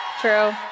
True